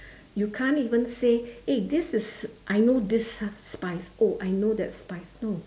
you can't even say eh this is I know this spice oh I know that spice no